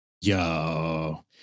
yo